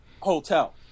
hotel